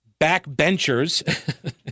backbenchers—